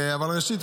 ראשית,